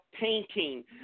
painting